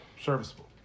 serviceable